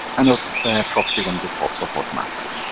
and our property window pops up automatically.